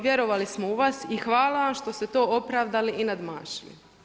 Vjerovali smo u vas i hvala vam što ste to opravdali i nadmašili.